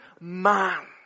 man